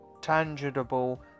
tangible